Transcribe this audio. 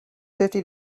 fifty